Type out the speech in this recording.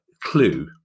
Clue